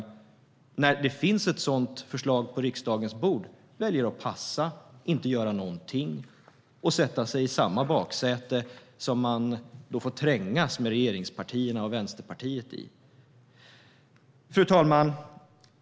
I andra stunden - när det nu finns ett sådant förslag på riksdagens bord - väljer de att passa, inte göra någonting och sätta sig i det baksäte som de får trängas med regeringspartierna och Vänsterpartiet i. Fru talman!